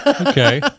Okay